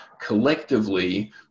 collectively